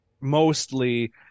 mostly